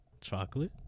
Chocolate